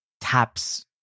taps